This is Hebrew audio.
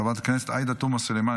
חברת הכנסת עאידה תומא סלימאן,